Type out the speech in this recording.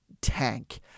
tank